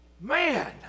Man